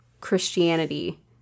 Christianity